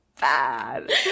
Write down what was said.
bad